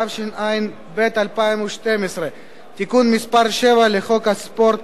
(תיקון), התשע"ב 2012. תיקון מס' 7 לחוק הספורט